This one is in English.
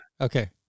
okay